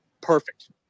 perfect